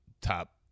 top